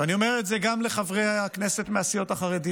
ואני אומר את זה גם לחברי הכנסת מהסיעות החרדיות.